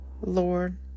Lord